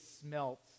smelt